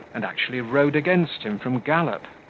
and actually rode against him from gallop.